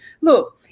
Look